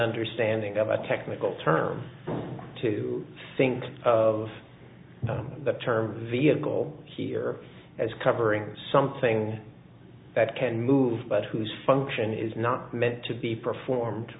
understanding of a technical term to think of the term vehicle here as covering something that can move but whose function is not meant to be performed